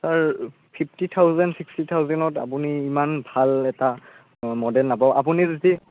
sir fifty thousand sixty থাউজেণ্ডত আপুনি ইমান ভাল এটা মডেল নাপাব আপুনি যদি